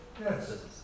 Yes